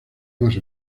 más